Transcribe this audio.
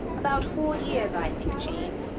about four years, i think, jane.